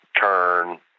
turn